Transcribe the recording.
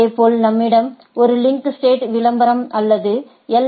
இதேபோல் நம்மிடம் ஒரு லிங்க் ஸ்டேட் விளம்பரம் அல்லது எல்